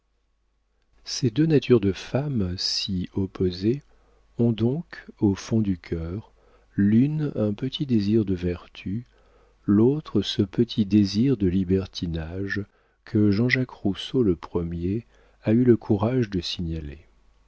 ces deux natures de femmes si opposées ont donc au fond du cœur l'une un petit désir de vertu l'autre ce petit désir de libertinage que j j rousseau le premier a eu le courage de signaler